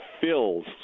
fills